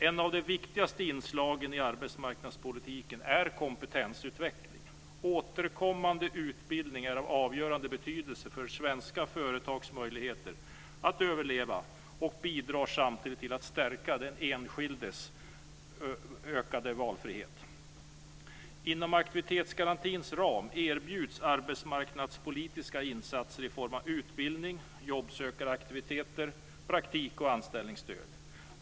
Ett av de viktigaste inslagen i arbetsmarknadspolitiken är kompetensutveckling. Återkommande utbildning är av avgörande betydelse för svenska företags möjligheter att överleva, samtidigt som det bidrar till att stärka den enskilde och öka valfriheten. Inom aktivitetsgarantins ram erbjuds arbetsmarknadspolitiska insatser i form av utbildning, jobbsökaraktiviteter, praktik och anställningsstöd.